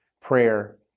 prayer